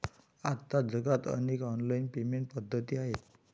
आता जगात अनेक ऑनलाइन पेमेंट पद्धती आहेत